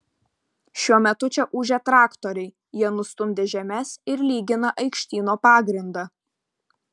šiuo metu čia ūžia traktoriai jie nustumdė žemes ir lygina aikštyno pagrindą